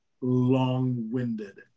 long-winded